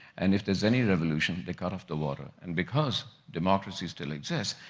and if there's any revolution, they cut off the water. and, because democracy still exists,